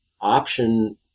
option